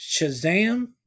Shazam